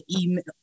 email